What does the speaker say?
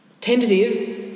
tentative